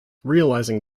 realising